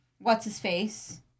what's-his-face